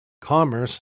commerce